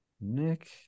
Nick